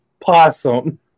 possum